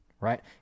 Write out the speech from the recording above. right